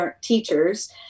teachers